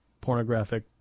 pornographic